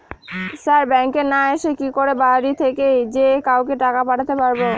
Sir ব্যাঙ্কে না এসে কি করে বাড়ি থেকেই যে কাউকে টাকা পাঠাতে পারবো?